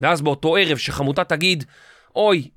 ואז באותו ערב, שחמותה תגיד אוי